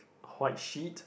white sheet